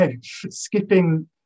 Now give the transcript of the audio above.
skipping